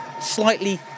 slightly